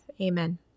Amen